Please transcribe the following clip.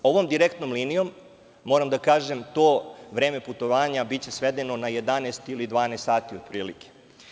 Ovom direktnom linijom to vreme putovanja biće svedeno na 11 ili 12 sati otprilike.